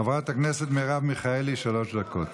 חברת הכנסת מרב מיכאלי, שלוש דקות.